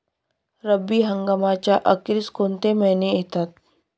रब्बी हंगामाच्या अखेरीस कोणते महिने येतात?